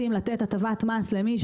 אבל אנחנו כמו שציינתם,